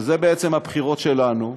ואלה בעצם הבחירות שלנו,